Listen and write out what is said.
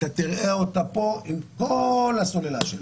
אתה תראה אותה פה עם כל הסוללה שלה.